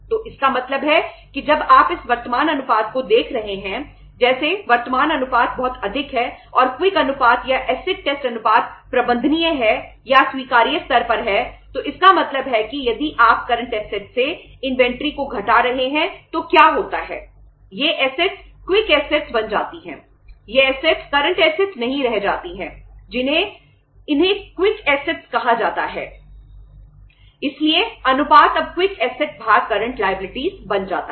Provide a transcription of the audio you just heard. तो इसका मतलब है कि जब आप इस वर्तमान अनुपात को देख रहे हैं जैसे वर्तमान अनुपात बहुत अधिक है और क्विक बन जाता है